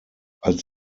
als